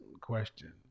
question